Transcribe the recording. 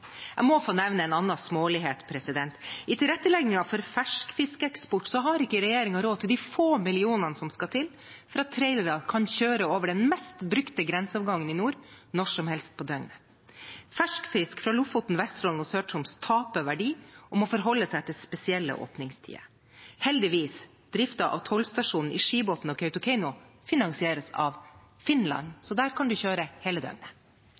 Jeg må få nevne en annen smålighet. I tilretteleggingen for ferskfiskeksport har ikke regjeringen råd til de få millionene som skal til for at trailere kan kjøre over den mest brukte grenseovergangen i nord når som helst på døgnet. Fersk fisk fra Lofoten, Vesterålen og Sør-Troms taper verdi og må forholde seg til spesielle åpningstider. Heldigvis finansieres driften av tollstasjonene i Skibotn og i Kautokeino av Finland, så der kan man kjøre hele døgnet.